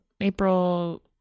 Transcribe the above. April